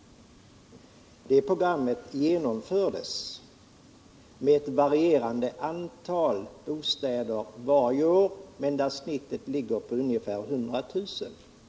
Det programmet genomfördes, med ett varierande antal bostäder varje år, men genomsnittet låg på ungefär 100 000 lägenheter per år.